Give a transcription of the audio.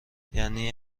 یعنی